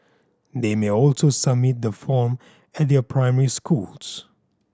they may also submit the form at their primary schools